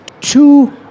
two